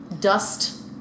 dust